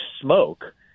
smoke